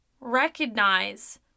recognize